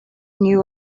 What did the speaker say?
new